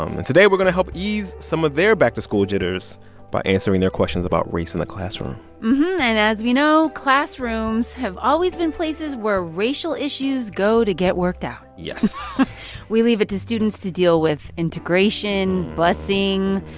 um and today, we're going to help ease some of their back-to-school jitters by answering their questions about race in the classroom and as we know, classrooms have always been places where racial issues go to get worked out yes we leave it to students to deal with integration, busing,